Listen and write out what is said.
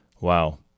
Wow